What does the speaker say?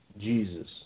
Jesus